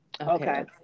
okay